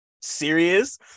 serious